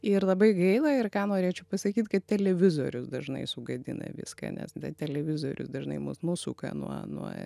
ir labai gaila ir ką norėčiau pasakyt kad televizorius dažnai sugadina viską nes televizorius dažnai mus nusuka nuo nuo